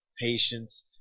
patience